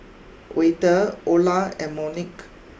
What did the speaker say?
Wayde Ola and Monique